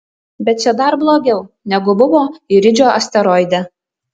bet čia dar blogiau negu buvo iridžio asteroide